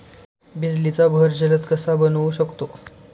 बिजलीचा बहर जलद कसा बनवू शकतो?